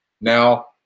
Now